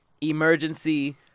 emergency